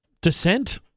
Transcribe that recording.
descent